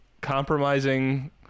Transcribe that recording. compromising